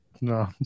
No